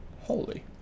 holy